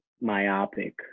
myopic